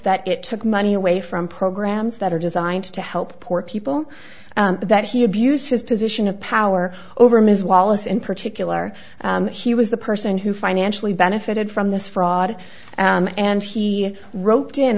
that it took money away from programs that are designed to help poor people that he abused his position of power over ms wallace in particular he was the person who financially benefited from this fraud and he wrote in